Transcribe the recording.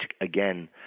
again